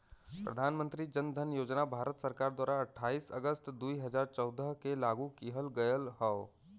प्रधान मंत्री जन धन योजना भारत सरकार द्वारा अठाईस अगस्त दुई हजार चौदह के लागू किहल गयल हौ